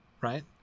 right